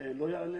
לא יעלה.